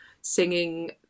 singing